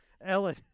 Ellen